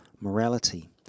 morality